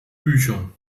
büchern